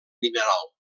mineral